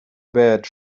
barred